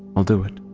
i'll do it.